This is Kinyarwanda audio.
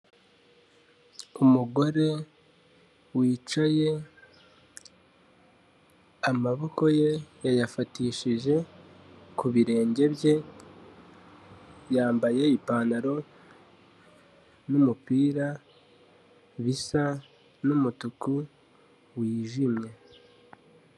Umugore wicaye, amaboko ye yayafatishije ku birenge bye, yambaye ipantaro n'umupira bisa nk'umutuku wijimye.